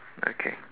okay